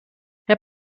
herr